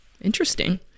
Interesting